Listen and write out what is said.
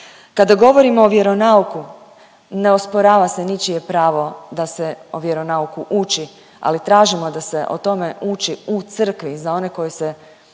Kada govorimo o vjeronauku, ne osporava se ničije pravo da se o vjeronauku uči, ali tražimo da se o tome uči u crkvi za one koji se